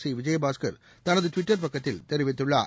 C Vijayabaskar தனது Twitter பக்கத்தில் தெரிவித்துள்ளார்